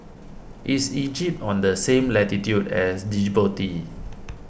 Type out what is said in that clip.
is Egypt on the same latitude as Djibouti